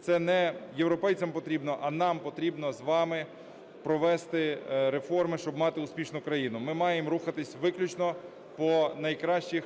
Це не європейцям потрібно, а нам потрібно з вами провести реформи, щоб мати успішну країну. Ми маємо рухатись виключно по найкращих